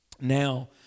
Now